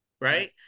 Right